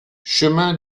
chemin